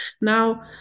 now